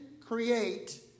create